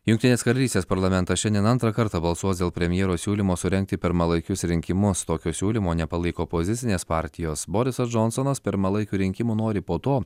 jungtinės karalystės parlamentas šiandien antrą kartą balsuos dėl premjero siūlymo surengti pirmalaikius rinkimus tokio siūlymo nepalaiko opozicinės partijos borisas džonsonas pirmalaikių rinkimų nori po to